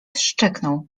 szczeknął